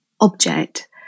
object